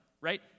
right